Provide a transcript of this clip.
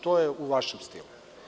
To je u vašem stilu.